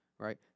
Right